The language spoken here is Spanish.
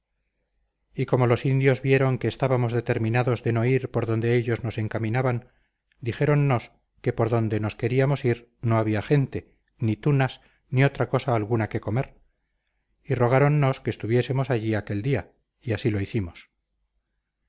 y como los indios vieron que estábamos determinados de no ir por donde ellos nos encaminaban dijéronnos que por donde nos queríamos ir no había gente ni tunas ni otra cosa alguna que comer y rogáronnos que estuviésemos allí aquel día y así lo hicimos